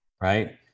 right